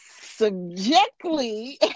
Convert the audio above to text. subjectly